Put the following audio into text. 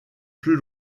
plus